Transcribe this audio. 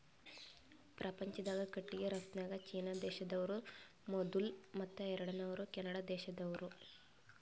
ಪ್ರಪಂಚ್ದಾಗೆ ಕಟ್ಟಿಗಿ ರಫ್ತುನ್ಯಾಗ್ ಚೀನಾ ದೇಶ್ದವ್ರು ಮೊದುಲ್ ಮತ್ತ್ ಎರಡನೇವ್ರು ಕೆನಡಾ ದೇಶ್ದವ್ರು